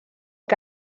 que